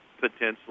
potentially